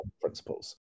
principles